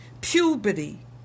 puberty